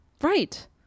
right